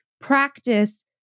practice